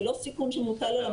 זה לא סיכון שמוטל על המדינה.